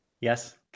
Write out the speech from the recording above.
Yes